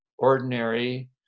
Ordinary